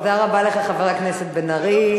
תודה רבה לך, חבר הכנסת בן-ארי.